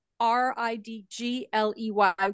R-I-D-G-L-E-Y